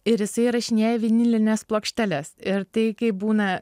ir jisai įrašinėja vinilines plokšteles ir tai kai būna